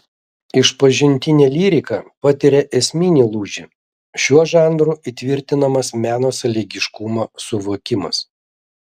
išpažintinė lyrika patiria esminį lūžį šiuo žanru įtvirtinamas meno sąlygiškumo suvokimas